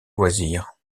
loisirs